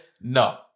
No